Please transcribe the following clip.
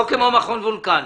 לא כמו מכון וולקני.